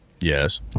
Yes